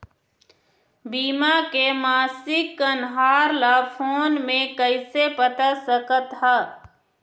बीमा के मासिक कन्हार ला फ़ोन मे कइसे पता सकत ह?